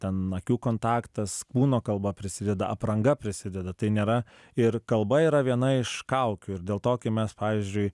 ten akių kontaktas kūno kalba prisideda apranga prisideda tai nėra ir kalba yra viena iš kaukių ir dėl to kai mes pavyzdžiui